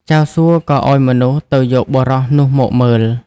ចៅសួក៏ឱ្យមនុស្សទៅយកបុរសនោះមកមើល។